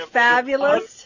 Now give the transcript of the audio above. fabulous